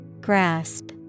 grasp